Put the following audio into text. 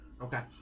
Okay